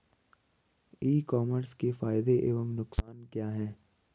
ई commerce के फायदे एवं नुकसान क्या हैं?